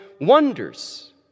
wonders